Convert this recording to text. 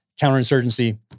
counterinsurgency